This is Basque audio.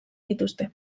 dituzte